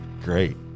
great